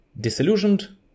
disillusioned